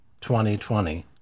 2020